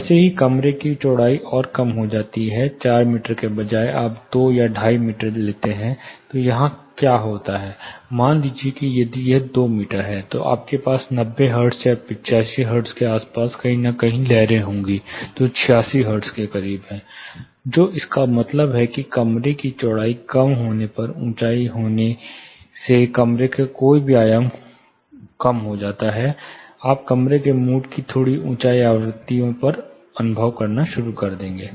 जैसे ही कमरे की चौड़ाई और कम हो जाती है 4 मीटर के बजाय आप 2 या 25 मीटर लेते हैं तो यहां क्या होता है मान लीजिए कि यदि यह 2 मीटर है तो आपके पास 90 हर्ट्ज या 85 हर्ट्ज के आसपास कहीं न कहीं लहरें होंगी जो 86 हर्ट्ज के करीब हैं जो इसका मतलब है कि कमरे की चौड़ाई कम होने या ऊँचाई कम होने से कमरे का कोई भी आयाम कम हो जाता है आप कमरे के मोड को थोड़ी ऊँची आवृत्तियों पर अनुभव करना शुरू कर देंगे